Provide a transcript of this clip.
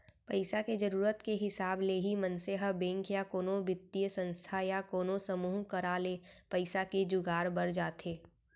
पइसा के जरुरत के हिसाब ले ही मनसे ह बेंक या कोनो बित्तीय संस्था या कोनो समूह करा ले पइसा के जुगाड़ बर जाथे